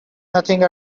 nothing